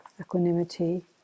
equanimity